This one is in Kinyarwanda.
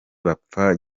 bapfa